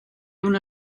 una